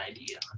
idea